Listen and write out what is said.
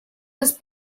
нас